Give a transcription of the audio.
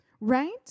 Right